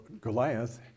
Goliath